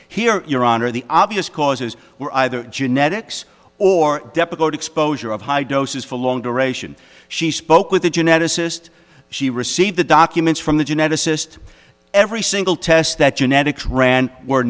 here your honor the obvious causes were either genetics or depakote exposure of high doses for long duration she spoke with a geneticist she received the documents from the geneticist every single test that genetics ran were